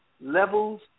levels